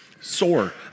Sore